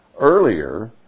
earlier